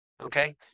okay